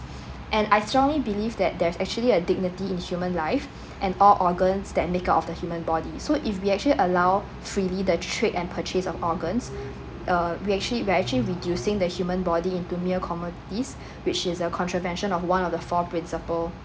and I strongly believe that there's actually a dignity in human life and all organs that make up of the human body so if we actually allow freely the trade and purchase of organs uh we actually we're actually reducing the human body into mere commodities which is a contravention of one of the four principle